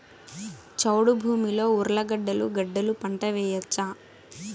చౌడు భూమిలో ఉర్లగడ్డలు గడ్డలు పంట వేయచ్చా?